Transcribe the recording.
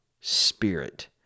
spirit